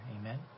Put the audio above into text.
Amen